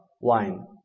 wine